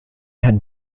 had